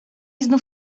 znów